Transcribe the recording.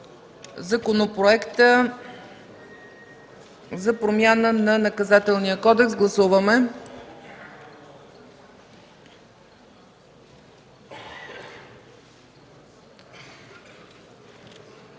Законопроекта за промяна на Наказателния кодекс. Гласували